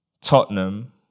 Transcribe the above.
Tottenham